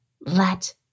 let